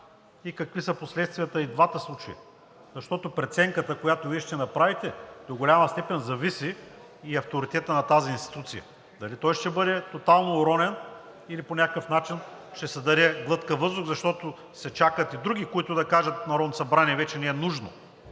и какви са последствията и в двата случая. Защото от преценката, която Вие ще направите, до голяма степен зависи и авторитетът на тази институция – дали той ще бъде тотално оронен, или по някакъв начин ще се даде глътка въздух, защото се чакат и други, които да кажат: „Народното събрание вече не е нужно